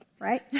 right